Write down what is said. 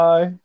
Bye